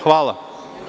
Hvala.